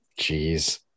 Jeez